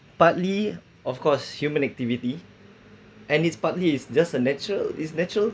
partly of course human activity and it's partly is just a natural it's natural